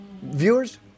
Viewers